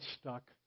stuck